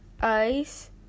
ice